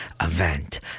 event